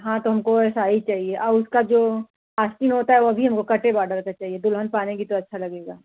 हाँ तो हमको ऐसा ही चाहिए आ उसका जो आस्तीन होता है वो भी हमको कटे बॉर्डर का चाहिए दुल्हन पहनेगी तो अच्छा लगेगा